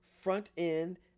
front-end